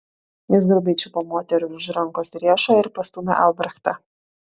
jis grubiai čiupo moterį už rankos riešo ir pastūmė albrechtą